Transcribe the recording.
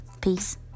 Peace